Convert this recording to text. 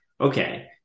okay